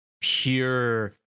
pure